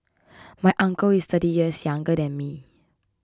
my uncle is thirty years younger than me